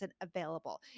available